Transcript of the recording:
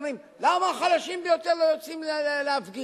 ואומרים: למה החלשים ביותר לא יוצאים להפגין?